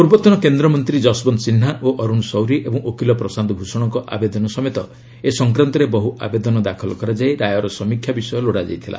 ପୂର୍ବତନ କେନ୍ଦ୍ରମନ୍ତ୍ରୀ ଯଶବନ୍ତ ସିହ୍ନା ଓ ଅରୁଣ ସୌରୀ ଏବଂ ଓକିଲ ପ୍ରଶାନ୍ତ ଭୂଷଣଙ୍କ ଆବେଦନ ସମେତ ଏ ସଂକ୍ରାନ୍ତରେ ବହୁ ଆବେଦନ ଦାଖଲ କରାଯାଇ ରାୟର ସମୀକ୍ଷା ବିଷୟ ଲୋଡ଼ାଯାଇଥିଲା